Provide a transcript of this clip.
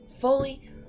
fully